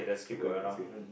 keep going it's okay